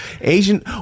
Asian